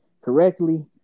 correctly